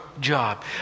job